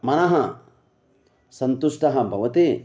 मनः सन्तुष्टः भवति